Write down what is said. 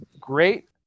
great